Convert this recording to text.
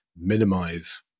minimize